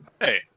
Hey